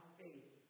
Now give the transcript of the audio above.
faith